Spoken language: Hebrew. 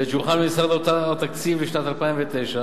בעת שהוכן במשרד האוצר התקציב לשנת 2009,